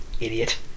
Idiot